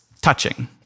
touching